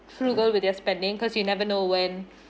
frugal with their spending cause you never know when